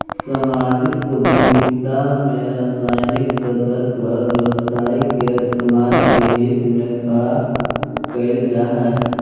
सामाजिक उद्यमिता में सामाजिक स्तर पर व्यवसाय के समाज के हित में खड़ा कईल जा हई